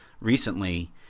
recently